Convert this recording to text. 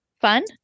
fun